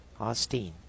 Austin